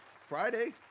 Friday